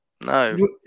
No